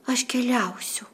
aš keliausiu